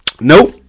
nope